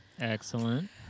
excellent